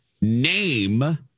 Name